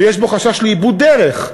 ויש בו חשש לאיבוד דרך,